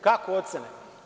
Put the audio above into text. Kako ocene?